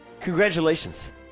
Congratulations